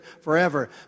forever